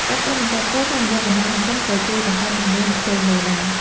ការផ្សាយបន្តផ្ទាល់ តាមរយៈបណ្តាញសង្គមក៏ជួយបង្កើនចំនួនអ្នកចូលមើលដែរ។